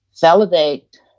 validate